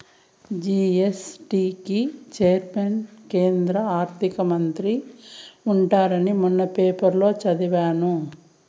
GST కి chairman కేంద్ర ఆర్థిక మంత్రి ఉంటారని మొన్న పేపర్లో చదివాను